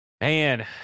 man